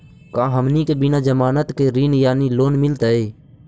का हमनी के बिना जमानत के ऋण यानी लोन मिलतई?